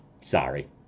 Sorry